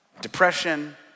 Depression